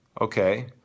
okay